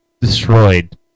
destroyed